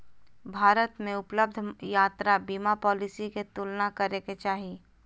भारत में उपलब्ध यात्रा बीमा पॉलिसी के तुलना करे के चाही